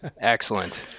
Excellent